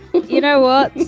you know what?